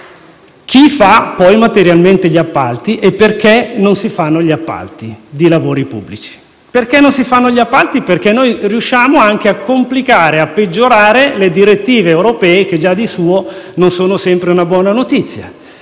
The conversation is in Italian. chi fa materialmente gli appalti e perché non si fanno gli appalti di lavori pubblici? Non si fanno gli appalti perché noi riusciamo anche a complicare e a peggiorare le direttive europee, che già di loro non sono sempre una buona notizia.